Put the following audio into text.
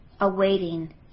awaiting